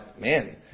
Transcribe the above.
man